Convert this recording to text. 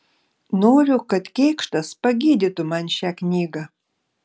noriu kad kėkštas pagydytų man šią knygą